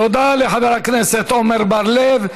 תודה לחבר הכנסת עמר בר-לב.